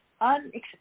unexpected